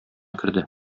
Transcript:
керде